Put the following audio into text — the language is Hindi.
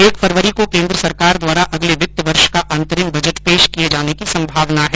एक फरवरी को केन्द्र सरकार द्वारा अगले वित्त वर्ष का अंतरिम बजट पेश किये जाने की संभावना है